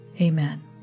Amen